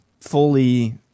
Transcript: fully